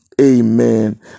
Amen